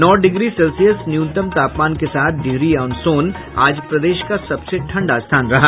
नौ degree Celsius न्यूनतम तापमान के साथ डिहरी ऑन सोन आज प्रदेश का सबसे ठंडा स्थान रहा